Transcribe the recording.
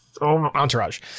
Entourage